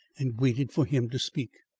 and waited for him to speak.